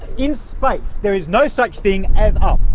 in space, there is no such thing as up.